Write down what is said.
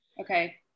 Okay